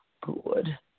good